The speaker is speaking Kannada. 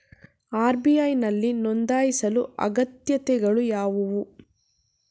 ಆರ್.ಬಿ.ಐ ನಲ್ಲಿ ನೊಂದಾಯಿಸಲು ಅಗತ್ಯತೆಗಳು ಯಾವುವು?